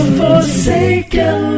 forsaken